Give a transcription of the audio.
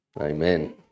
Amen